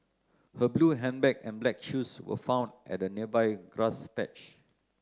her blue handbag and black shoes were found at a nearby grass patch